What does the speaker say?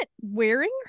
wearing